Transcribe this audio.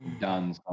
done